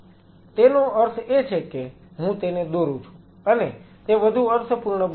તેનો અર્થ એ છે કે હું તેને દોરૂ છું અને તે વધુ અર્થપૂર્ણ બનશે